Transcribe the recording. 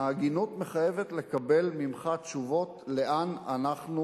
ההגינות מחייבת לקבל ממך תשובות לאן אנחנו